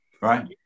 Right